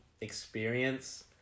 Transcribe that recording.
experience